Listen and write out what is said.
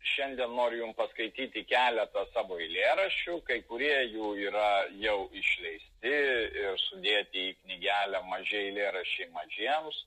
šiandien noriu jum paskaityti keletą savo eilėraščių kai kurie jų yra jau išleisti ir sudėti į knygelę maži eilėraščiai mažiems